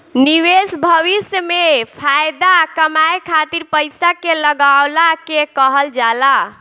निवेश भविष्य में फाएदा कमाए खातिर पईसा के लगवला के कहल जाला